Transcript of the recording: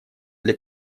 для